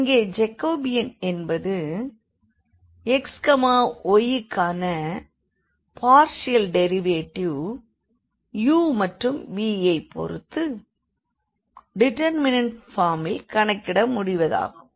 இங்கே ஜாக்கோபியன் என்பது x y க்கான பார்ஷியல் டெரிவேடிவ் u மற்றும் vயைப் பொறுத்து டிடர்மினண்ட் பார்மில் கணக்கிட முடிவதாகும்